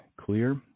clear